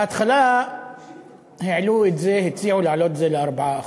בהתחלה הציעו להעלות את זה ל-4%.